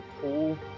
pool